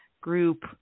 group